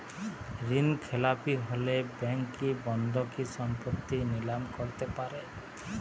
ঋণখেলাপি হলে ব্যাঙ্ক কি বন্ধকি সম্পত্তি নিলাম করতে পারে?